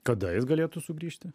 kada jis galėtų sugrįžti